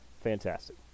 Fantastic